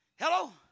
Hello